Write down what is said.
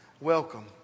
Welcome